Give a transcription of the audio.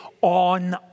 on